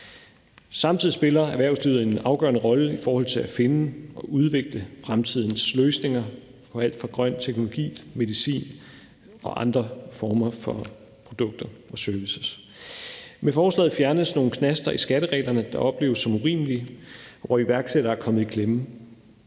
Samtidig spiller erhvervslivet en afgørende rolle i forhold til at finde og udvikle fremtidens løsninger på alt fra grøn teknologi, medicin og andre former for produkter og servicer. Med forslaget fjernes nogle knaster i skattereglerne, der opleves som urimelige, og hvor iværksættere er kommet i klemme.